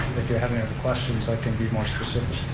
if you have any other questions, i can be more specific.